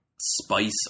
spice